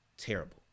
terrible